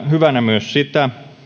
hyvänä myös sitä